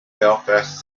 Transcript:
belfast